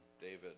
David